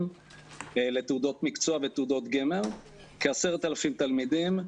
לתעודות מקצוע ותעודות גמר כ-10,000 תלמידים,